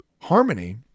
harmony